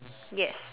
yes